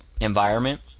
environment